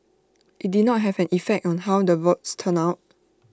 IT did not have an effect on how the votes turned out